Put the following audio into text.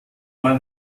mal